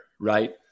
Right